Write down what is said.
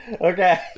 Okay